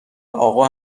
آقا